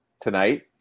tonight